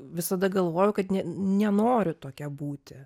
visada galvojau kad nenoriu tokia būti